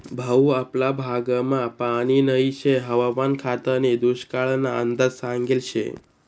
भाऊ आपला भागमा पानी नही शे हवामान खातानी दुष्काळना अंदाज सांगेल शे